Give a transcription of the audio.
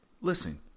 listen